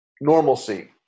normalcy